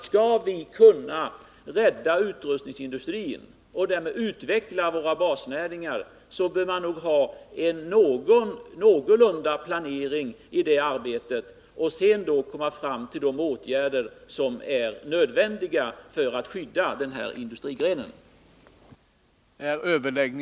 Skall vi kunna rädda utrustningsindustrin och därmed utveckla våra basnäringar bör man ha en planering i det arbetet, för att sedan komma fram till de åtgärder som är nödvändiga för att skydda denna industrigren.